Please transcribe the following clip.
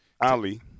Ali